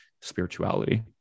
spirituality